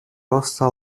роста